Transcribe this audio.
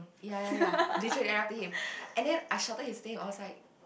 ya ya ya literally ran after him and then I shouted his name I was like